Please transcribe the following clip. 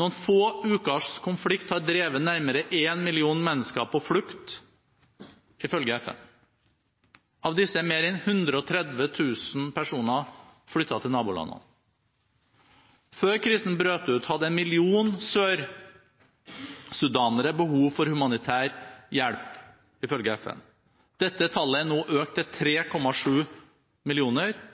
Noen få ukers konflikt har drevet nærmere én million mennesker på flukt, ifølge FN. Av disse har mer enn 130 000 personer flyktet til nabolandene. Før krisen brøt ut, hadde en million sør-sudanere behov for humanitær hjelp, ifølge FN. Dette tallet er nå økt til 3,7 millioner